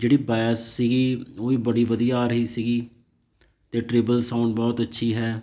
ਜਿਹੜੀ ਵੋਇਸ ਸੀਗੀ ਉਹ ਵੀ ਬੜੀ ਵਧੀਆ ਆ ਰਹੀ ਸੀਗੀ ਤੇ ਟ੍ਰੀਬਲ ਸਾਊਂਡ ਬਹੁਤ ਅੱਛੀ ਹੈ